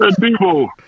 people